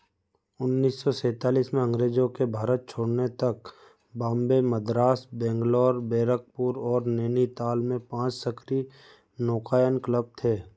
उन्नीस सौ सेंतालीस में अंग्रेजों के भारत छोड़ने तक बॉम्बे मद्रास बैंगलोर बैरकपुर और नैनीताल में पाँच सक्रिय नौकायन क्लब थे